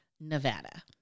Nevada